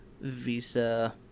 Visa